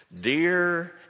Dear